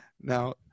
Now